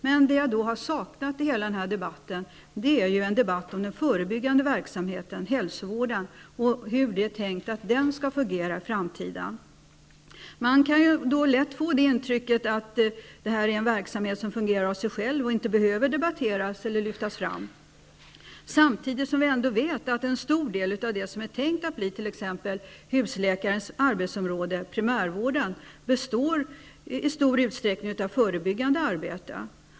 Men jag har saknat en debatt om den förebyggande verksamheten, hälsovården, och hur det är tänkt att den skall fungera i framtiden. Man kan lätt få intrycket att det är en verksamhet som fungerar av sig själv, som inte behöver debatteras eller lyftas fram. Samtidigt vet vi att en stor del av det som är tänkt att bli husläkarens arbetsområde, primärvården, i stor utsträckning består av förebyggande arbete.